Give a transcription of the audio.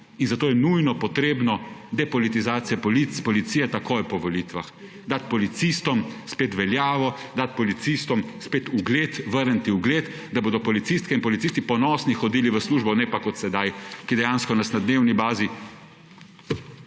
in zato je nujno potrebno depolitizacija policije takoj po volitvah, dati policistom spet veljavo, dati policistom spet ugled, vrniti jim ugled, da bodo policiste in policisti ponosni hodili v službo, ne pa kot sedaj, ki dejansko nas na dnevni bazi